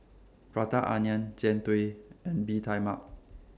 Prata Onion Jian Dui and Bee Tai Mak